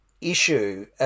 issue